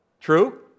True